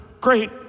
Great